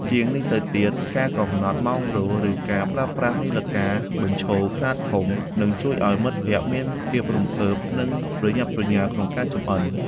ជាងនេះទៅទៀត ការកំណត់ម៉ោងរោទ៍ ឬការប្រើប្រាស់នាឡិកាបញ្ឈរខ្នាតធំ នឹងជួយឱ្យមិត្តភក្តិមានភាពរំភើប និងប្រញាប់ប្រញាល់ក្នុងការចម្អិន។